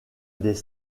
des